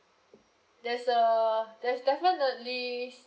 there's a there's definitely